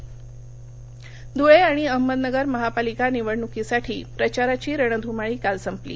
धळे अहमदनगर निवडणक ध्रळे आणि अहमदनगर महापालिका निवडणुकीसाठी प्रचाराची रणध्माळी काल संपली